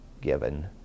given